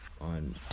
on